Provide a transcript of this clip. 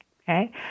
Okay